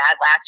last